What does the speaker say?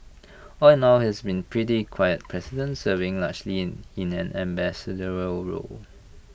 all in all he's been A pretty quiet president serving largely in in an ambassadorial role